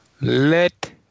Let